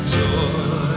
joy